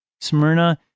Smyrna